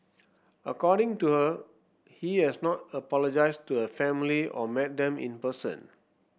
according to her he has not apologised to the family or met them in person